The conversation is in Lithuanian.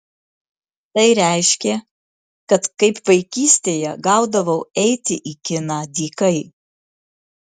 tai reiškė kad kaip vaikystėje gaudavau eiti į kiną dykai